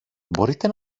μπορείτε